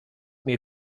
mir